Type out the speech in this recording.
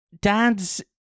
Dad's